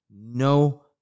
No